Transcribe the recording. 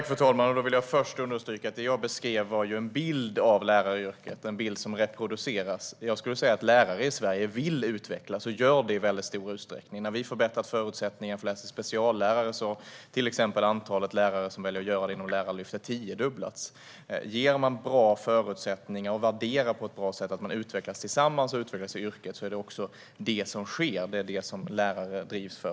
Fru talman! Först vill jag understryka att det jag beskrev var en bild av läraryrket, en bild som reproduceras. Jag skulle säga att lärare i Sverige vill utvecklas och gör det i stor utsträckning. Nu när vi har förbättrat förutsättningarna för att läsa till speciallärare har antalet lärare som väljer att göra det inom Lärarlyftet tiodubblats. Om man ger bra förutsättningar och på ett bra sätt värderar att man utvecklas tillsammans och utvecklas i yrket är det också det som sker. Det är det som lärare drivs av.